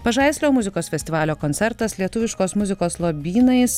pažaislio muzikos festivalio koncertas lietuviškos muzikos lobynais